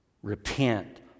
Repent